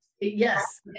Yes